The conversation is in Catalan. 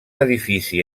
edifici